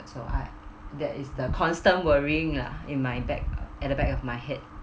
so I that is the constant worrying lah in my back at the back of my head ya correct mm